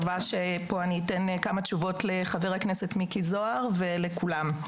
אני מקווה שאני אתן פה כמה תשובות לחבר הכנסת מיקי זוהר ולכולם.